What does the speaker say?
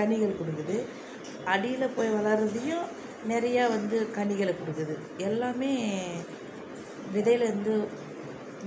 கனிகள் கொடுக்குது அடியில் போய் வளர்றதையும் நிறைய வந்து கனிகளை கொடுக்குது எல்லாமே விதைலேருந்து